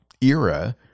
era